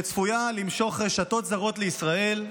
שצפויה למשוך רשתות זרות לישראל,